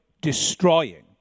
Destroying